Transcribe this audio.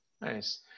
Nice